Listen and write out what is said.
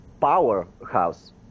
powerhouse